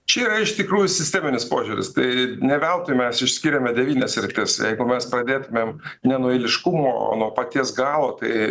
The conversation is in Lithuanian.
čia yra iš tikrųjų sisteminis požiūris tai ne veltui mes išskyrėme devynias sritis jeigu mes pradėtumėm ne nuo eiliškumo o nuo paties galo tai